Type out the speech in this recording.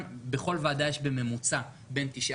ולכן נאלצנו לבקש מכם בוועדת הכנסת